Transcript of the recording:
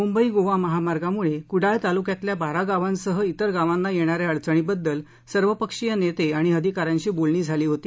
मुंबई गोवा महामार्गामुळे कुडाळ तालुक्यातल्या बारा गावासह इतर गावांना येणाऱ्या अडचणींबद्दल सर्वपक्षीय नेते आणि अधिकाऱ्यांशी बोलणी झाली होती